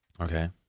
okay